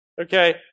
okay